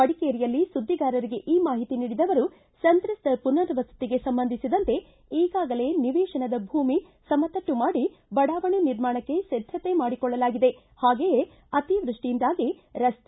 ಮಡಿಕೇರಿಯಲ್ಲಿ ಸುದ್ದಿಗಾರರಿಗೆ ಈ ಮಾಹಿತಿ ನೀಡಿದ ಅವರು ಸಂತ್ರಸ್ತರ ಪುನರ್ವಸತಿಗೆ ಸಂಬಂಧಿಸಿದಂತೆ ಈಗಾಗಲೇ ನಿವೇಶನದ ಭೂಮಿ ಸಮತಟ್ಟು ಮಾಡಿ ಬಡಾವಣೆ ನಿರ್ಮಾಣಕ್ಕೆ ಸಿದ್ಧತೆ ಮಾಡಿಕೊಳ್ಳಲಾಗಿದೆ ಹಾಗೆಯೇ ಅತಿವೃಷ್ಟಿಯಿಂದಾಗಿ ರಸ್ತೆ